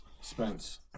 Spence